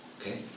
Okay